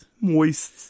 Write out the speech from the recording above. Moist